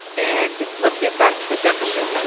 and let's get back to this episode